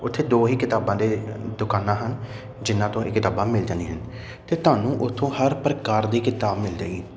ਉੱਥੇ ਦੋ ਹੀ ਕਿਤਾਬਾਂ ਦੇ ਦੁਕਾਨਾਂ ਹਨ ਜਿਹਨਾਂ ਤੋਂ ਇਹ ਕਿਤਾਬਾਂ ਮਿਲ ਜਾਂਦੀਆਂ ਅਤੇ ਤੁਹਾਨੂੰ ਉੱਥੋਂ ਹਰ ਪ੍ਰਕਾਰ ਦੀ ਕਿਤਾਬ ਮਿਲ ਜਾਏਗੀ